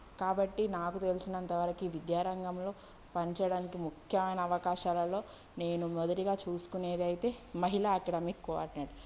కాబట్టి నాకు తెలిసినంత వరకు ఈ విద్యారంగంలో పని చేయడానికి ముఖ్యమైన అవకాశాలలో నేను మొదటిగా చూసుకునేదైతే మహిళ అకడమిక్ కోఆర్డినేటర్